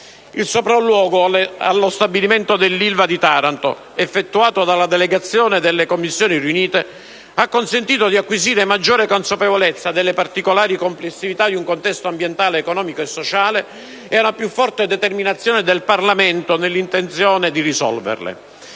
Il sopralluogo allo stabilimento dell'Ilva di Taranto effettuato da una delegazione delle Commissioni riunite ha consentito di acquisire maggiore consapevolezza delle particolari complessità di un contesto ambientale, economico e sociale e una più forte determinazione del Parlamento nell'intenzione di risolverle.